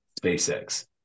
SpaceX